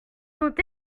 sont